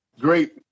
great